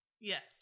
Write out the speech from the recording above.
Yes